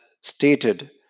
stated